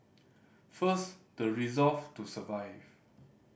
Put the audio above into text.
first the resolve to survive